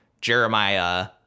Jeremiah